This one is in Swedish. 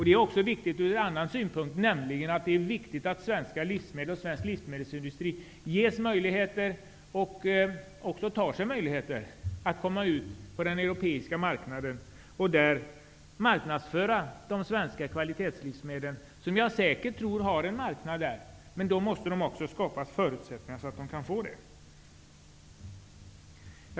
Det är viktigt också ur en annan synpunkt, nämligen att svensk livsmedelsindustri ges och även tar sig möjligheter att komma ut på den europeiska marknaden, där de svenska kvalitetslivsmedlen kan marknadsföras. Jag tror att de har en marknad där, men det måste också skapas förutsättningar för att de skall få det.